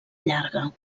llarga